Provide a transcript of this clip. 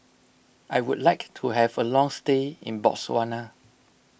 I would like to have a long stay in Botswana